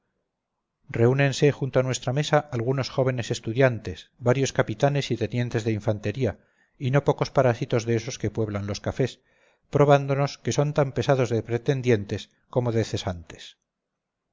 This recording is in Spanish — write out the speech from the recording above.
reúnense junto a nuestra mesa algunos jóvenes estudiantes varios capitanes y tenientes de infantería y no pocos parásitos de esos que pueblan los cafés probándonos que son tan pesados de pretendientes como de cesantes